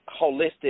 holistic